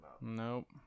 Nope